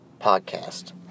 Podcast